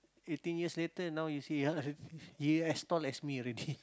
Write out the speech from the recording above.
eighteen years later now you see ah he as tall as me already